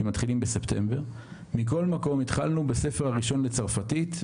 התחלנו בספר הראשון בצרפתית.